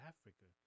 Africa